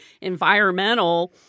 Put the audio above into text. environmental